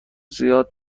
زیاد